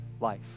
life